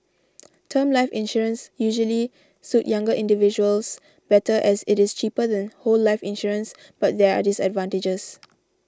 term life insurance usually suit younger individuals better as it is cheaper than whole life insurance but there are disadvantages